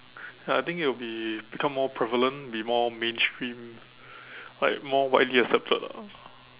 ya I think it'll be become more prevalent be more mainstream like more widely accepted lah